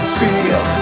feel